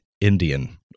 Indian